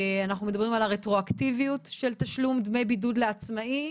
אנחנו מדברים על הרטרואקטיביות של תשלום דמי הבידוד לעצמאים,